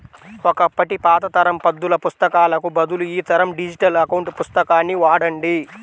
ఒకప్పటి పాత తరం పద్దుల పుస్తకాలకు బదులు ఈ తరం డిజిటల్ అకౌంట్ పుస్తకాన్ని వాడండి